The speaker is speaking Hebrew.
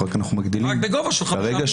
רק אנחנו מגדילים --- רק בגובה של --- ברגע